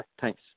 Thanks